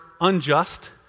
unjust